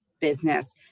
business